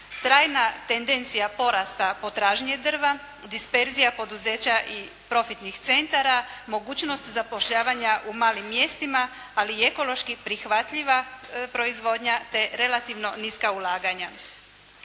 trajna tendencija porasta potražnje drva, disperzija poduzeća i profitnih centara, mogućnost zapošljavanja u malim mjestima, ali ekološki prihvatljiva proizvodnja te relativno niska ulaganja.